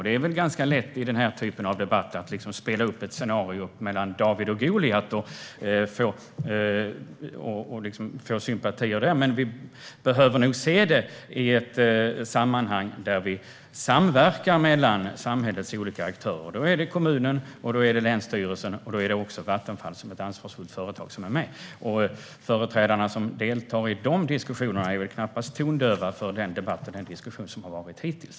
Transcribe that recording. Det är väl ganska lätt att i den här typen av debatter spela upp ett scenario med David och Goliat och få sympatier på det sättet, men vi behöver nog se det i ett sammanhang där samhällets olika aktörer samverkar. Då är det kommunen, länsstyrelsen och Vattenfall - som ansvarsfullt företag - som är med. De företrädare som deltar i dessa diskussioner är knappast tondöva för den debatt och den diskussion som har varit hittills.